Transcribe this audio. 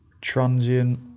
transient